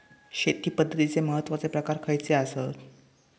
शेती पद्धतीचे महत्वाचे प्रकार खयचे आसत?